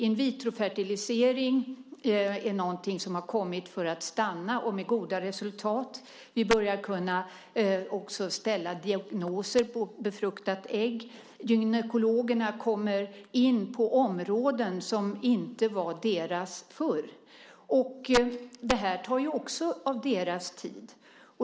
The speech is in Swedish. In vitro fertilisering är någonting som har kommit för att stanna, och med goda resultat. Vi börjar kunna ställa diagnoser på befruktade ägg. Gynekologerna kommer in på områden som inte var deras förr. Det tar av deras tid.